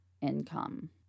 income